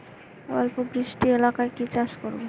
অল্প বৃষ্টি এলাকায় কি চাষ করব?